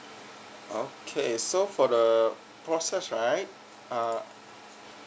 okay so for the process right uh